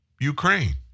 Ukraine